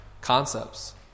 Concepts